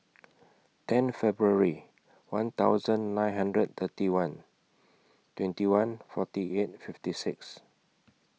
ten Feburary one thousand nine hundred and thirty one twenty one forty eight fifty six